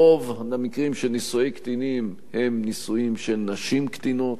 רוב המקרים של נישואי קטינים הם נישואים של נשים קטינות,